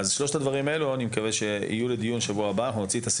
אני מקווה שלושת הדברים האלה יהיו בדיון בשבוע הבא.